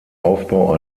aufbau